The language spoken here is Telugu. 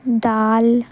దాల్